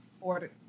ordered